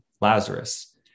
Lazarus